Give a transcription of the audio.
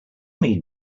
mean